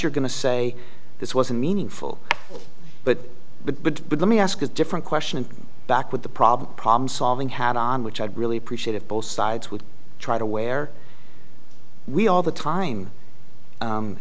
you're going to say this was a meaningful but but but but let me ask a different question back with the problem problem solving had on which i'd really appreciate if both sides would try to where we all the time